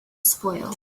spoil